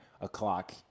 o'clock